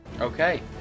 Okay